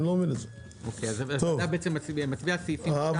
אז הוועדה מצביעה על סעיפים 2 ו-7.